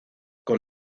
con